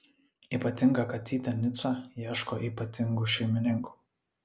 ypatinga katytė nica ieško ypatingų šeimininkų